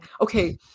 okay